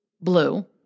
blue